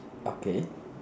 okay